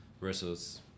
versus